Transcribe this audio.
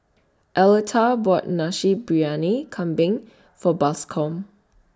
Arletta bought Nasi Briyani Kambing For Bascom